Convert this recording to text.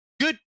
Good